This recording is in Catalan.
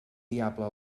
diable